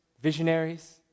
visionaries